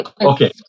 okay